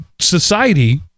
society